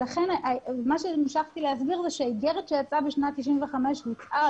לכן מה שהמשכתי להסביר זה שהאיגרת שיצאה בשנת 95' יצאה